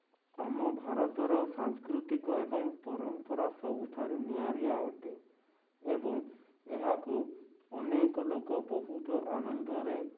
ଆମ ଭାରତର ସାଂସ୍କୃତିକ ଏବଂ ପରମ୍ପରା ସବୁଠାରୁ ନିଆରିଆ ଅଟେ ଏବଂ ଏହାକୁ ଅନେକ ଲୋକ ବହୁତ ଆନନ୍ଦରେ